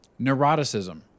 neuroticism